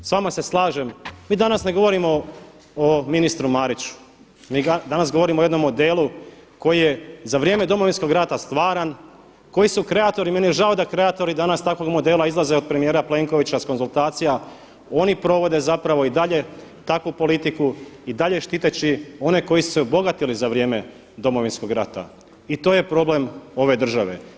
S vama se slažem, mi danas ne govorimo o ministru Mariću, mi danas govorimo o jednom modelu koji je za vrijeme Domovinskog rata stvaran, koji su kreatori, meni je žao da kreatori danas takvog modela izlaze od premijera Plenkovića s konzultacija, oni provode i dalje takvu politiku i dalje štiteći one koji su se obogatili za vrijeme Domovinskog rata i to je problem ove države.